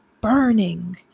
burning